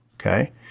okay